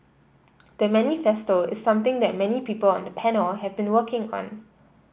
the manifesto is something that many people on the panel have been working